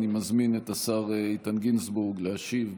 אני מזמין את השר איתן גינזבורג להשיב,